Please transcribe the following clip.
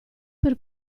per